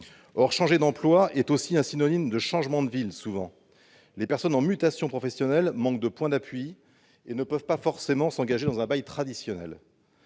Or changer d'emploi est souvent synonyme de changement de ville. Les personnes en mutation professionnelle manquent de point d'appui et ne peuvent pas forcément s'engager dans un bail traditionnel.